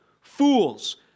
Fools